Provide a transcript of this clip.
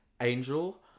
Angel